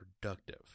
productive